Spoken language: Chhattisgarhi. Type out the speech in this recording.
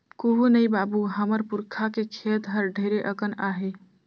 कुहू नइ बाबू, हमर पुरखा के खेत हर ढेरे अकन आहे